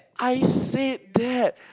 I said that